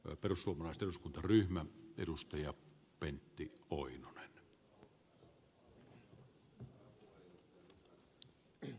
me perussuomalaiset eduskuntaryhmän edustaja pentti oinonen e arvoisa puhemies